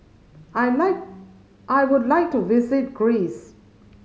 I like I would like to visit Greece